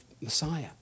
Messiah